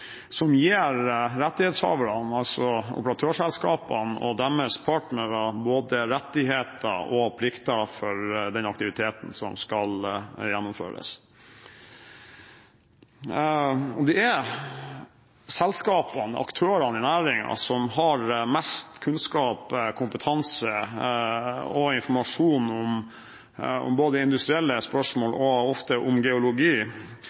som gir rettighetshaverne – altså operatørselskapene – og deres partnere både rettigheter og plikter for den aktiviteten som skal gjennomføres. Det er selskapene, aktørene i næringen, som har mest kunnskap, kompetanse og informasjon både om industrielle spørsmål og ofte om geologi,